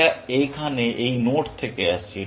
এটা এখানে এই নোড থেকে আসছে